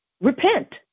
Repent